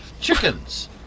Chickens